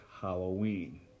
halloween